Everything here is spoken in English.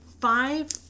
Five